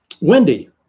Wendy